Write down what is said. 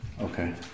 Okay